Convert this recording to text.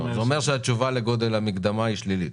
זה אומר שהתשובה להגדלת המקדמה היא כרגע שלילית,